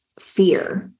fear